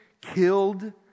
killed